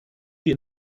die